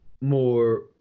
more